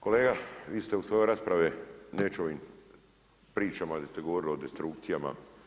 Kolega vi ste u svoje rasprave, neću o ovim pričama gdje ste govorili o destrukcijama.